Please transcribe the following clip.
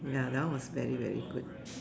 ya that one was very very good